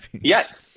Yes